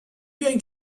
going